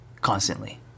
constantly